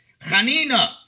Hanina